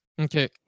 Okay